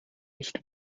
nicht